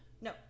No